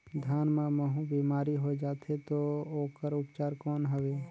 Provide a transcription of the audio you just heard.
धान मां महू बीमारी होय जाथे तो ओकर उपचार कौन हवे?